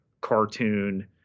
cartoon